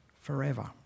forever